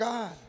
God